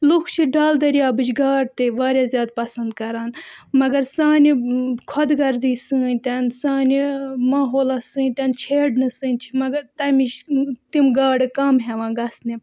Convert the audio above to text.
لُکھ چھِ ڈَل دٔریابٕچ گاڈ تہِ واریاہ زیادٕ پَسنٛد کَران مگر سانہِ خۄد غرضی سۭتۍ سانہِ ماحولَس سۭتۍ چھیڑنہٕ سۭتۍ چھِ مگر تَمِچ تِم گاڈٕ کَم ہیٚوان گژھنہِ